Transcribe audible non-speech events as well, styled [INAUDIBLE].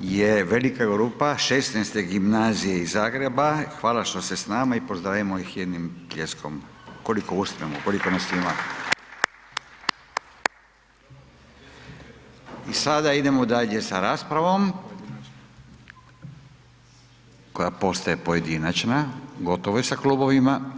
je velika grupa XVI. gimnazije iz Zagreba, hvala što ste s nama i pozdravimo ih jednim pljeskom koliko uspijemo, koliko nas ima. [APPLAUSE] I sada idemo dalje sa raspravom, koja postaje pojedinačna, gotovo je sa klubovima.